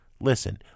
Listen